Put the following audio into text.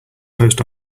post